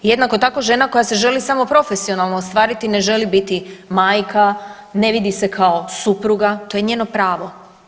Jednako tako žena koja se želi samo profesionalno ostvariti, ne želi biti majka, ne vidi se kao supruga to je njeno pravo.